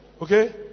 Okay